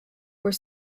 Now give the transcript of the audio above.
were